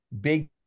big